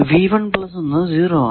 അത് പോലെ എന്നതും 0 ആണ്